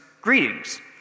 greetings